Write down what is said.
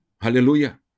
Hallelujah